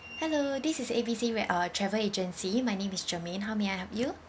hello this is A B C re~ uh travel agency my name is germaine how may I help you